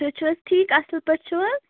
تُہۍ چھُو حظ ٹھیٖک اَصٕل پٲٹھۍ چھِو حظ